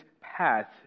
path